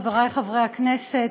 חברי חברי הכנסת,